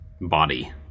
body